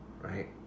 Right